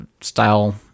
style